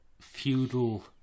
feudal